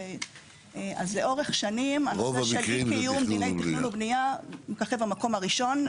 לאורך שנים אי-קיום דיני תכנון ובנייה מככב במקום הראשון,